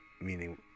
meaning